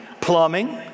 plumbing